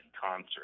concert